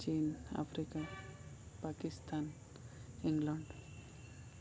chin Africa Pakistan England